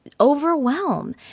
overwhelm